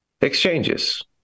exchanges